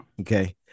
Okay